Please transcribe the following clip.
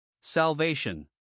Salvation